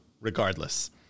regardless